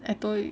I told you